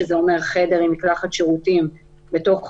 שזה אומר חדר עם מקלחת ושירותים בתוך הבית,